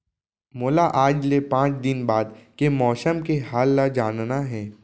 मोला आज ले पाँच दिन बाद के मौसम के हाल ल जानना हे?